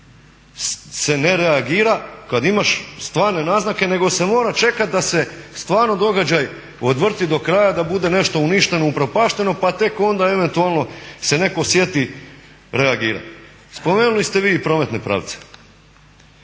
se ne reagira kada imaš stvarne naznake nego se mora čekati da se stvarno događaj odvrti do kraja, da bude nešto uništeno, upropašteno pa tek onda eventualno se netko sjeti reagirati. Spomenuli ste vi i prometne pravce.